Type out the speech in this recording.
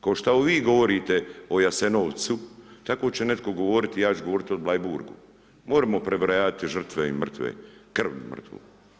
Kao što vi govorite o Jasenovcu, tako će netko govoriti, ja ću govoriti o Bleiburgu Moremo prebrojavati žrtve i mrtve, krv mrtvu.